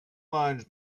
lines